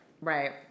Right